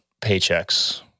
paychecks